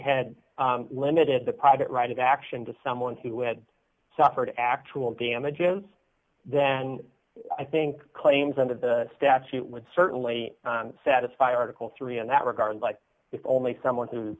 had limited the pocket right of action to someone who had suffered actual damages then i think claims under the statute would certainly satisfy article three in that regard like if only someone